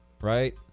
right